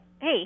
hey